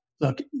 look